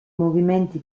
movimenti